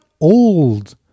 old